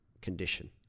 condition